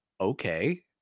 okay